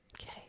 okay